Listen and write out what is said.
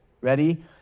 ready